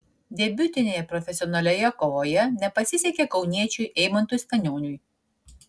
debiutinėje profesionalioje kovoje nepasisekė kauniečiui eimantui stanioniui